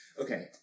Okay